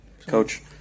coach